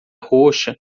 roxa